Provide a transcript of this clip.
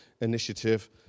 initiative